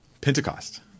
Pentecost